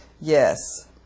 Yes